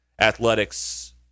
athletics